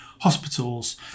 hospitals